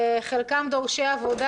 חלקם דורשי עבודה.